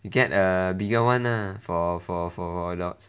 you get a bigger [one] lah for for for adults